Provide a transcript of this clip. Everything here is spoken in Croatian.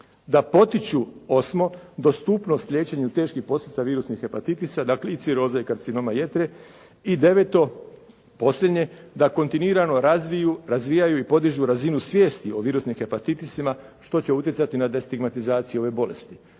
da potiču dostupnost liječenja od teških posljedica virusnih hepatitisa, dakle i ciroze i karcinoma jetre. I deveto, posljednje, da kontinuirano razvijaju i podižu razinu svijesti o virusnim hepatitisima, što će utjecati na destigmatizaciju ove bolesti.